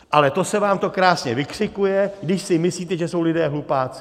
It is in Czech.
Ale to se vám to krásně vykřikuje, když si myslíte, že jsou lidé hlupáci.